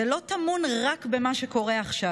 זה לא טמון רק במה שקורה עכשיו,